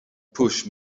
push